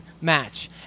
match